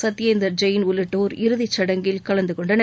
சத்யேந்தர் ஜெயின் உள்ளிட்டோர் இறுதிச்சடங்கில் கலந்துகொண்டனர்